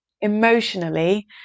emotionally